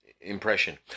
impression